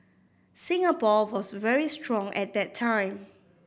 Singapore was very strong at that time